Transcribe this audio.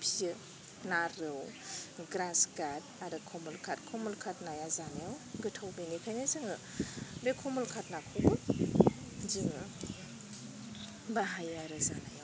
फिसियो ना रौ ग्रासकाथ आरो कमलकार कमलकार नाया जानायाव गोथाव बेनिखायनो जोङो बे कमलकार नाखौबो जोङो बाहायो आरो जानायाव